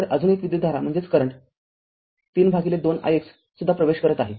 तरअजून एक विद्युतधारा ३ भागिले २ ix सुद्धा प्रवेश करत आहे